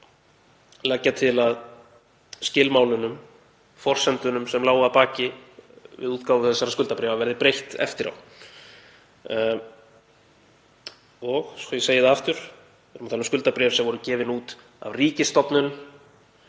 að leggja til að skilmálunum, forsendunum, sem lágu að baki við útgáfu þessara skuldabréfa verði breytt eftir á. Ég segi það aftur: Við erum að tala um skuldabréf sem voru gefin út af ríkisstofnun